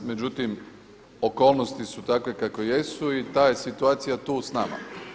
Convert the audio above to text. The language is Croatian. Međutim, okolnosti su takve kakve jesu i ta je situacija tu sa nama.